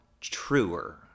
truer